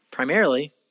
primarily